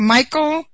Michael